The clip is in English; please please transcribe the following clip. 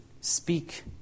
speak